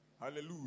Hallelujah